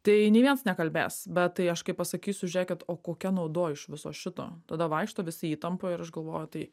tai nei vienas nekalbės bet tai aš kaip pasakysiu žiūrėkit o kokia nauda iš viso šito tada vaikšto visi įtampoj ir aš galvoju tai